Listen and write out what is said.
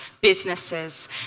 businesses